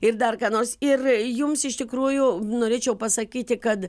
ir dar ką nors ir jums iš tikrųjų norėčiau pasakyti kad